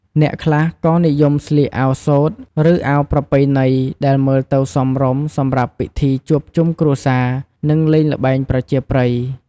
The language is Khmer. អ្នកខ្លះក៏និយមស្លៀកអាវសូត្រ ឬអាវប្រពៃណីដែលមើលទៅសមរម្យសម្រាប់ពិធីជួបជុំគ្រួសារ និងលេងល្បែងប្រជាប្រិយ។